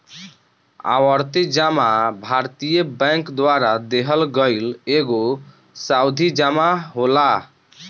आवर्ती जमा भारतीय बैंकन द्वारा देहल गईल एगो सावधि जमा होला